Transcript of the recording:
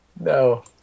No